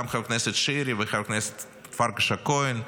גם חבר הכנסת שירי וגם חברת הכנסת פרקש הכהן,